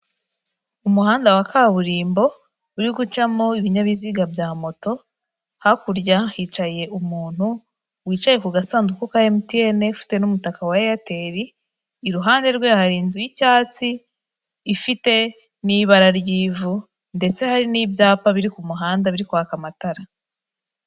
Umuhanda wa kaburimbo uri gucamo ibinyabiziga bya moto, hakurya hicaye umuntu wicaye ku gasanduku ka emutiyene ufite n'umutaka wa eyateri, iruhande rwe hari inzu y'icyatsi ifite n'ibara ry'ivu ndetse hari n'ibyapa biri ku muhanda biri kwaka amatara.